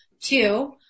Two